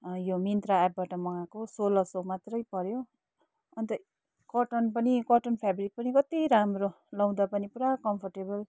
यो मिन्त्रा एपबाट मगाएको सोह्र सौ मात्रै पर्यो अन्त कटन पनि कटन फेब्रिक पनि कति राम्रो लाउँदा पनि पुरा कम्फर्टेबल